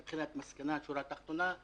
מבחינת מסקנה ושורה תחתונה.